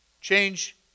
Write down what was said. Change